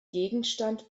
gegenstand